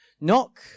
Knock